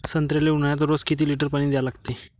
संत्र्याले ऊन्हाळ्यात रोज किती लीटर पानी द्या लागते?